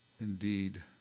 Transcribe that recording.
indeed